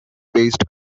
based